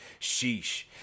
Sheesh